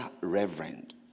reverend